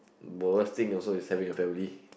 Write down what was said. both things is also have a family